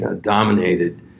dominated